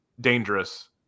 dangerous